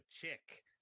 chick